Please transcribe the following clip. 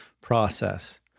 process